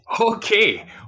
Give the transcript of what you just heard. Okay